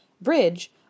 bridge